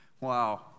Wow